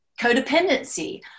codependency